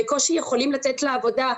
בקושי יכולים לצאת לעבודה,